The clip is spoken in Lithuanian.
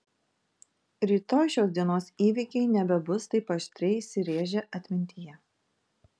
rytoj šios dienos įvykiai nebebus taip aštriai įsirėžę atmintyje